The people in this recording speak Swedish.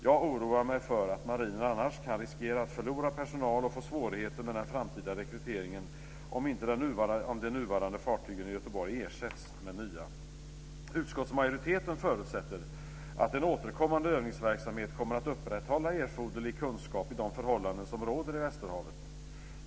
Jag oroar mig för att marinen annars kan riskera att förlora personal och få svårigheter med den framtida rekryteringen om inte de nuvarande fartygen i Göteborg ersätts med nya. Utskottsmajoriteten förutsätter att en återkommande övningsverksamhet kommer att upprätthålla erforderlig kunskap i de förhållanden som råder i västerhavet.